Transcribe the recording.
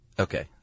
Okay